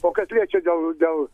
o kas liečia dėl dėl